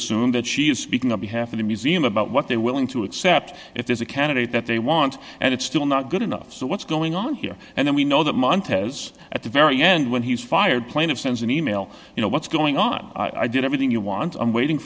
assume that she is speaking on behalf of the museum about what they're willing to accept if there's a candidate that they want and it's still not good enough so what's going on here and then we know that montana's at the very end when he was fired plaintiff sends an e mail you know what's going on i did everything you want i'm waiting